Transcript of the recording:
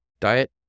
Diet